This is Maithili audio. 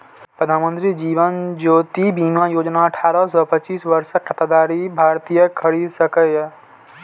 प्रधानमंत्री जीवन ज्योति बीमा योजना अठारह सं पचास वर्षक खाताधारी भारतीय खरीद सकैए